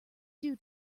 due